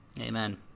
Amen